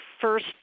first